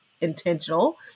intentional